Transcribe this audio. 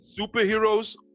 Superheroes